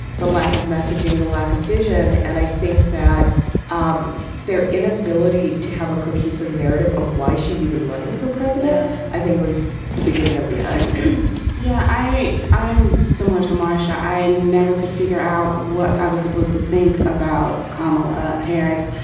the lack of messaging, the lack of vision. and i think that um their inability to have a cohesive narrative of why she's even running for president i think was the beginning of the end yeah, i i'm similar to marcia. i never could figure out what i was supposed to think about kamala harris.